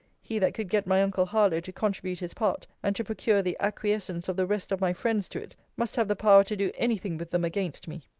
he that could get my uncle harlowe to contribute his part, and to procure the acquiescence of the rest of my friends to it, must have the power to do any thing with them against me.